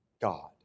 God